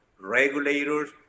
regulators